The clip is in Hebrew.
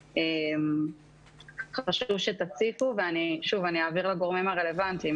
חשוב שתציפו ואעביר לגורמים הרלוונטיים.